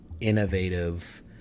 innovative